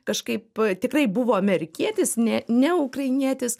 kažkaip tikrai buvo amerikietis ne ne ukrainietis